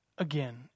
Again